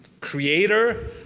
creator